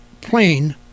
plane